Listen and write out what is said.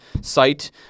site